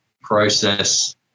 process